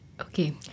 Okay